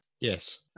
Yes